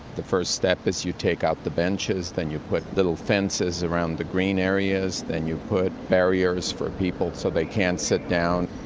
the first step is you take out the benches. then you put little fences around the green areas. then you put barriers for people so they can't sit down.